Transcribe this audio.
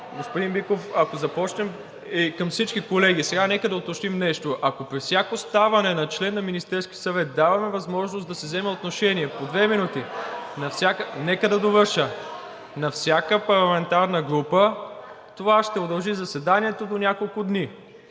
Господин Биков, ако започнем… Към всички колеги сега нека да уточним нещо. Ако при всяко ставане на член на Министерския съвет даваме възможност да се вземе отношение по две минути… (Шум и реплики от ГЕРБ-СДС.) Нека да довърша. …на всяка парламентарна група, това ще удължи заседанието до няколко дни.